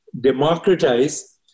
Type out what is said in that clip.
democratize